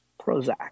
Prozac